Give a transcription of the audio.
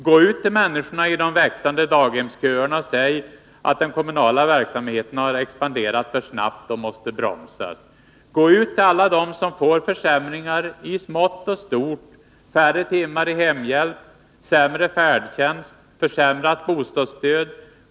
Gå ut till människorna i de växande daghemsköerna och säg att den kommunala verksamheten har expanderat för snabbt och måste bromsas. Gå ut till alla dem som får försämringar i smått och stort — färre timmar i hemhjälp, sämre färdtjänst, försämrat bostadsstöd.